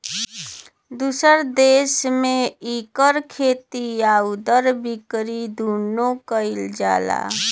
दुसर देस में इकर खेती आउर बिकरी दुन्नो कइल जाला